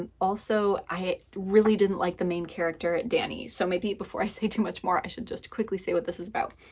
and also, i really didn't like the main character, dannie. so maybe before i say too much more, i should quickly say what this is about.